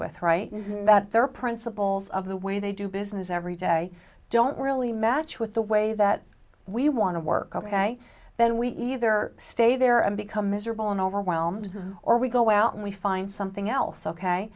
with right now that there are principles of the way they do business every day don't really match with the way that we want to work ok then we either stay there and become miserable and overwhelmed or we go out we find something else ok